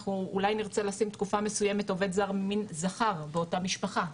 אנחנו אולי נרצה לשים תקופה מסויימת עובד זר ממין זכר באותה משפחה,